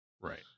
Right